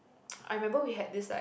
I remember we had this like